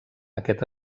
aquest